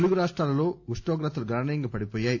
తెలుగు రాష్టాల్లో ఉష్ణోగ్రతలు గణనీయంగా పడిపోయాయి